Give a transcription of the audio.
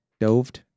doved